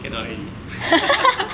cannot already